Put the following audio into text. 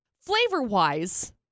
Flavor-wise